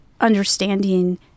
understanding